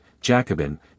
Jacobin